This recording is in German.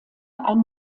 ein